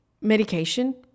medication